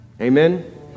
Amen